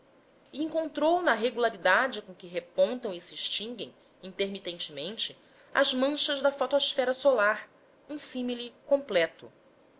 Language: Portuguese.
encontrou na regularidade com que repontam e se extinguem intermitentemente as manchas da fotosfera solar um símile completo